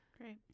Great